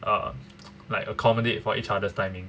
uh like accommodate for each other's timing